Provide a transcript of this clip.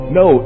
no